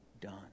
done